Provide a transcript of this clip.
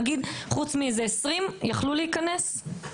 נגיד חוץ מאיזה 20 יכלו להיכנס?